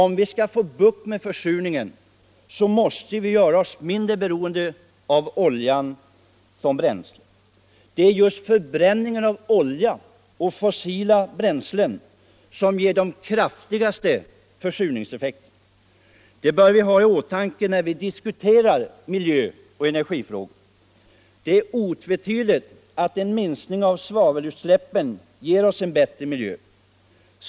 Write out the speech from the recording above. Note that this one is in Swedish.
Om vi skall få bukt med försurningen måste vi göra oss mindre beroende av oljan som bränsle. Det är just förbränningen av olja och andra fossila bränslen som ger de kraftigaste försurningseffekterna. Detta bör vi ha i åtanke när vi diskuterar miljöoch energifrågor. Det är otvetydigt att en minskning av svavelutsläppen ger oss bättre miljö.